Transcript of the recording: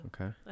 Okay